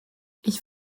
ich